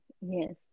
Yes